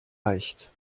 reicht